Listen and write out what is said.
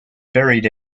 buried